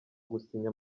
gusinya